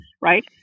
right